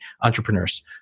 entrepreneurs